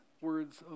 words